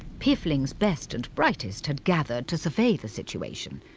piffling's best and brightest had gathered to survey the situation.